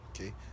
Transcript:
okay